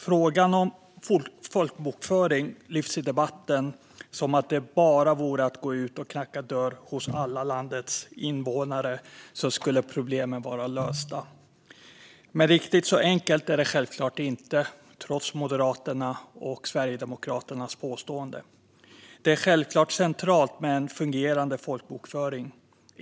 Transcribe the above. Frågan om folkbokföring lyfts i debatten som om det bara vore att gå ut och knacka dörr hos alla landets invånare så skulle problemen vara lösta. Men riktigt så enkelt är det självklart inte, trots Moderaternas och Sverigedemokraternas påstående. Det är självklart centralt med en fungerande folkbokföring.